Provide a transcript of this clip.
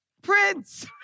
Prince